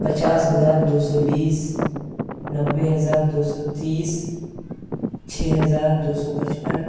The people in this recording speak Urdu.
پچاس ہزار دو سو بیس نوے ہزار دو سو تیس چھ ہزار دو سو پچپن